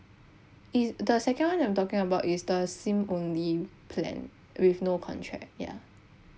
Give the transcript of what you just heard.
it the second one I'm talking about is the SIM only plan with no contract ya